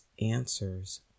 answers